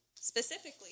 Specifically